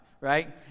right